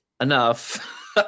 enough